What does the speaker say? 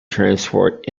transport